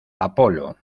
apolo